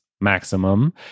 maximum